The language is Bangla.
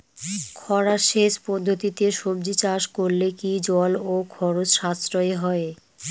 খরা সেচ পদ্ধতিতে সবজি চাষ করলে কি জল ও খরচ সাশ্রয় হয়?